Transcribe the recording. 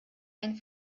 einen